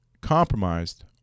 compromised